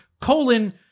colon